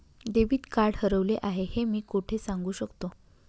Debit card हरवले आहे हे मी कोठे सांगू शकतो?